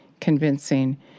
convincing